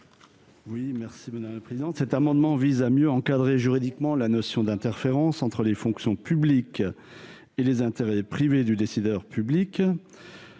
à M. Christian Klinger. Cet amendement vise à mieux encadrer juridiquement la notion d'interférence entre les fonctions publiques et les intérêts privés du décideur public.